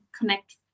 connect